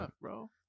bro